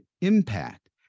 impact